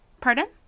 Pardon